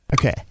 Okay